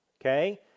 okay